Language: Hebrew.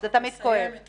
אתה יכול לומר מה